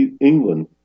England